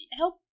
help